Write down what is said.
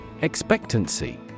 Expectancy